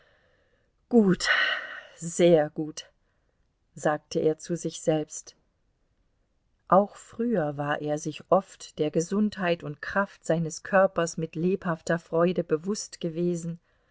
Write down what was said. gut sehr gut sagte er zu sich selbst auch früher war er sich oft der gesundheit und kraft seines körpers mit lebhafter freude bewußt gewesen